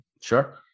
Sure